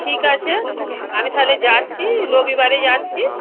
ঠিক আছে আমি তাহলে যাচ্ছি রবিবারে যাচ্ছি